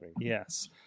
Yes